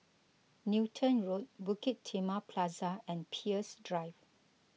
Newton Road Bukit Timah Plaza and Peirce Drive